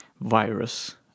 Virus